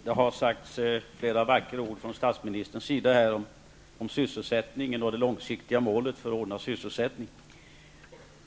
Fru talman! Det har sagts flera vackra ord här från statsministerns sida om sysselsättningen och det långsiktiga målet när det gäller att ordna med sysselsättning.